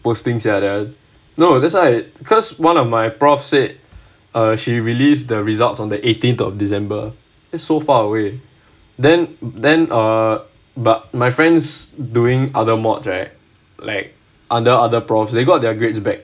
postings no that's why because one of my professor said uh she released the results on the eighteenth of december is so far away then then err but my friends doing other modules right like other other professors they've got their grades back